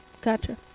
gotcha